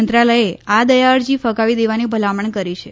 મંત્રાલયે આ દયા અરજી ફગાવી દેવાની ભલામણ કરી છે